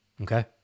okay